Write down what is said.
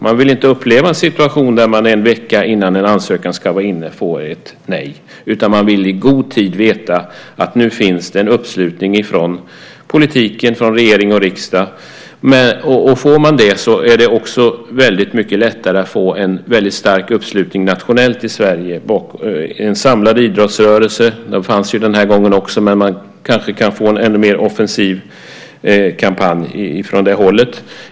Man vill inte uppleva en situation där man en vecka innan en ansökan ska vara inne får ett nej, utan man vill i god tid veta att nu finns det en uppslutning från politiken, från regering och riksdag. Om man får det är det också mycket lättare att få en stark uppslutning nationellt i Sverige. Det gäller en samlad idrottsrörelse - det fanns ju förra gången också, men man kanske kan få en ännu mer offensiv kampanj från det hållet.